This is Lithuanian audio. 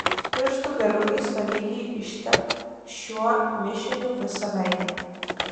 pirštų galiukais tolygiai ištepk šiuo mišiniu visą veidą